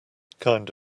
kind